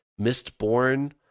Mistborn